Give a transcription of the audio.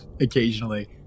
occasionally